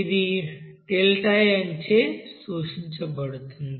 ఇది Δn చే సూచించబడుతుంది